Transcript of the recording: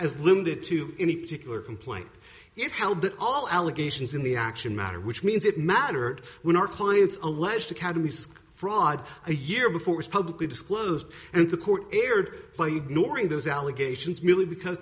as limited to any particular complaint it held that all allegations in the action matter which means it mattered when our client's alleged academies fraud a year before was publicly disclosed and the court erred norrin those allegations merely because